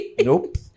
Nope